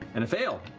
and a fail!